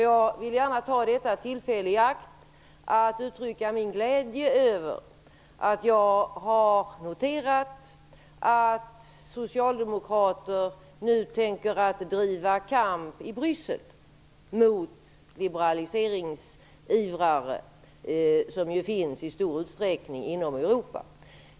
Jag vill gärna ta detta tillfälle i akt att uttrycka min glädje över att jag har noterat att socialdemokrater nu tänker driva kamp i Bryssel mot liberaliseringsivrare, som ju finns i stor utsträckning inom Europa.